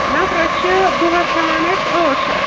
نَفرَس چھِ دوہس ہیٚوان أسۍ ٲٹھ شٮ۪تھ